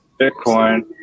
Bitcoin